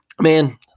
man